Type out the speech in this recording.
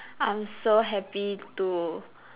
I'm so happy to